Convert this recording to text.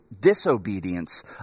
disobedience